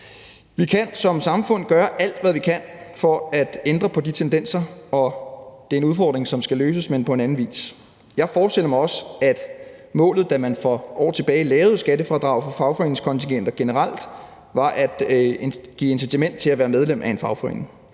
Vi kan som samfund gøre alt, hvad vi kan for at ændre på de tendenser, og det er en udfordring, som skal løses, men på en anden vis. Jeg forestiller mig også, at målet, da man for år tilbage lavede skattefradrag for fagforeningskontingenter generelt, var at give incitament til at være medlem af en fagforening,